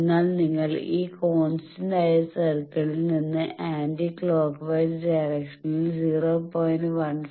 അതിനാൽ നിങ്ങൾ ഈ കോൺസ്റ്റന്റായ VSWR സർക്കിളിൽ നിന്ന് ആന്റി ക്ലോക്ക് വൈസ് ഡയറക്ഷനിൽ 0